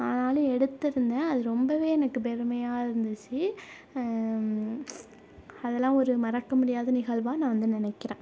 ஆனாலும் எடுத்துருந்தேன் அது ரொம்பவே எனக்கு பெருமையாக இருந்துச்சு அதல்லாம் ஒரு மறக்க முடியாத நிகழ்வாக நான் வந்து நினக்கிறேன்